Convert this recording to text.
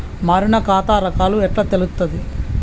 మారిన ఖాతా రకాలు ఎట్లా తెలుత్తది?